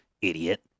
idiot